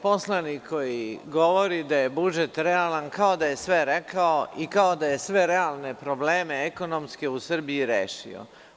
Poslanik koji govori da je budžet realan kao da je sve rekao i kao da je sve realne probleme ekonomske u Srbiji rešio.